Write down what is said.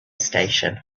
station